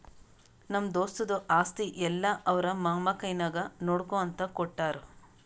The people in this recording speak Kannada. ನಮ್ಮ ದೋಸ್ತದು ಆಸ್ತಿ ಎಲ್ಲಾ ಅವ್ರ ಮಾಮಾ ಕೈನಾಗೆ ನೋಡ್ಕೋ ಅಂತ ಕೊಟ್ಟಾರ್